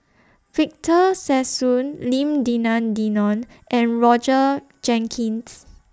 Victor Sassoon Lim Denan Denon and Roger Jenkins